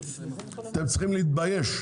אתם צריכים להתבייש,